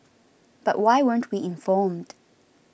but why weren't we informed